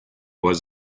was